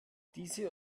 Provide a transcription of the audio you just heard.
diese